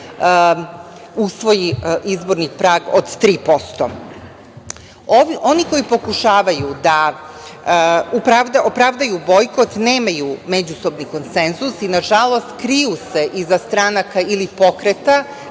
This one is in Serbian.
usvoji izborni prag od 3%.Oni koji pokušavaju da opravdaju bojkot, nemaju međusobni konsenzus i na žalost kriju se iza stranaka ili pokreta